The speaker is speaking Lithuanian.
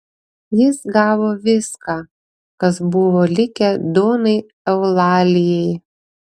jis gavo viską kas buvo likę donai eulalijai